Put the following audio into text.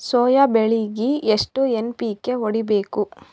Soya ಬೆಳಿಗಿ ಎಷ್ಟು NPK ಹೊಡಿಬೇಕು?